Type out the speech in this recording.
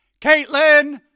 Caitlin